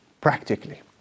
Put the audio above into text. practically